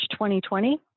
2020